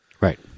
Right